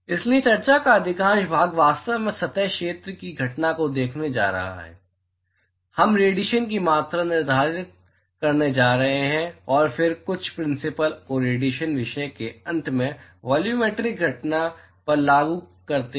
इसलिए चर्चा का अधिकांश भाग वास्तव में सतह क्षेत्र की घटना को देखने जा रहा था हम रेडिएशन की मात्रा निर्धारित करने जा रहे हैं और फिर कुछ प्रिंसिपल्स को रेडिएशन विषय के अंत में वॉल्यूमेट्रिक घटना पर लागू करते हैं